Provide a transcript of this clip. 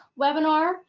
webinar